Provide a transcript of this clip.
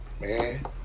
man